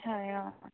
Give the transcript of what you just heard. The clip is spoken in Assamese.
হয় অঁ